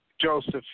Joseph